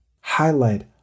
highlight